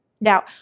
Now